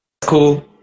cool